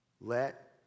let